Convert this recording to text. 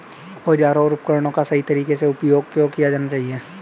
औजारों और उपकरणों का सही तरीके से उपयोग क्यों किया जाना चाहिए?